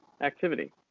activity